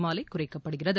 மாலை குறைக்கப்படுகிறது